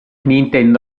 nintendo